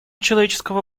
человеческого